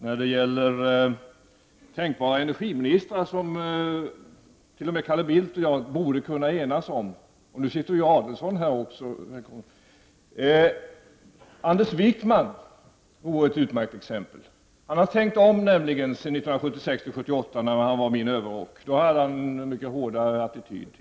När det gäller tänkbara energiministrar, som t.o.m. Calle Bildt och jag borde kunna enas om — och nu sitter ju Adelsohn här också — vore Anders Wijkman ett utmärkt exempel. Han har nämligen tänkt om sedan 1976-1978, när han var min överrock. Då hade han en mycket hårdare attityd.